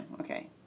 okay